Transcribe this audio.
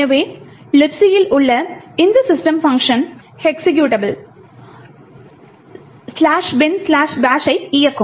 எனவே Libc யில் உள்ள இந்த சிஸ்டம் பங்க்ஷன் எக்ஸிகியூட்டபிள் "binbash"ஐ இயக்கும்